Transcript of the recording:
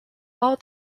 all